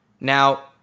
Now